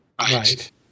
Right